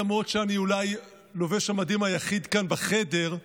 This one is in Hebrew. למרות שאני אולי לובש המדים היחיד כאן בחדר,